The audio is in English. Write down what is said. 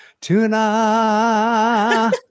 tuna